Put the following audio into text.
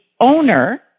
owner